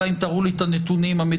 אלא אם תראו לי משהו אחר בנתונים המדויקים.